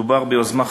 מדובר ביוזמה חשובה,